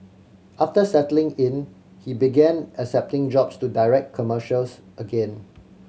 after settling in he began accepting jobs to direct commercials again